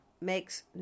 makes